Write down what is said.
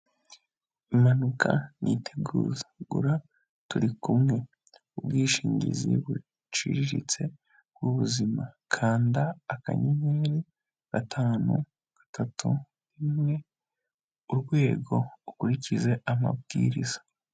Impanuka ntiteguza gura turi kumwe, ubwishingizi buciriritse bw'ubuzima. Kanda akanyemyeri, gatanu, gatatu, rimwe, urwego, ukurikize amabwiriza.